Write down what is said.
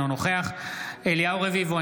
אינו נוכח אליהו רביבו,